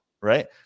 right